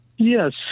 Yes